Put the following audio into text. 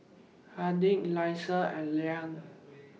Harding Elyssa and Liane